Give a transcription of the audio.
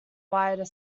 wider